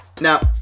Now